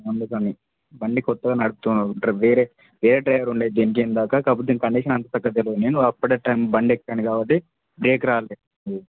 అందుకని బండి కొత్తగా నడుపుతున్నా వేరే వేరే డ్రైవర్ ఉండే దీనికి ఇందాకా కాకపోతే దీని కండిషన్ అంతా నేను అప్పుడే టైం బండి ఎక్కాను కాబట్టి బ్రేక్ రాలే